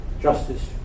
Justice